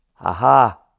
Aha